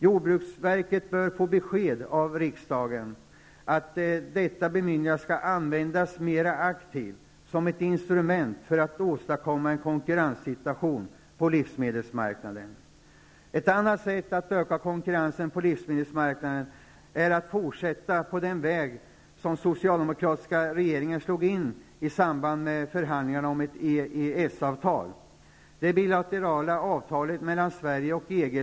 Jordbruksverket bör få besked av riksdagen att detta bemyndigande skall användas mera aktivt som ett instrument för att åstadkomma en konkurrenssituation på livsmedelsmarknaden. Ett annat sätt att öka konkurrensen på livsmedelsmarknaden är att fortsätta på den väg som den socialdemokratiska regeringen slog in på i samband med förhandlingarna om ett EES-avtal.